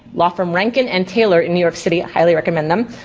law firm rankin and taylor in new york city, i highly recommend them.